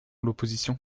l’opposition